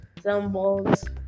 symbols